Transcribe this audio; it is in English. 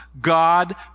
God